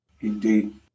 Indeed